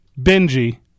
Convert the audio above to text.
Benji